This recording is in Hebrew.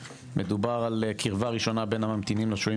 מדובר על קרבה ראשונה בין הממתינים לשוהים